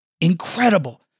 incredible